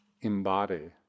embody